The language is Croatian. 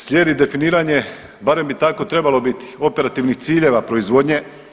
Slijedi definiranje barem bi tako trebalo biti operativnih ciljeva proizvodnje.